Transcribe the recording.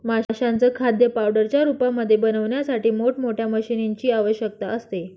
माशांचं खाद्य पावडरच्या रूपामध्ये बनवण्यासाठी मोठ मोठ्या मशीनीं ची आवश्यकता असते